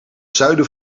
zuiden